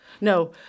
No